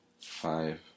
five